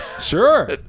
Sure